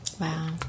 Wow